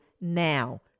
now